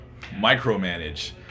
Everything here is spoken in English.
micromanage